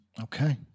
Okay